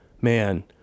man